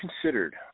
considered